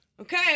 Okay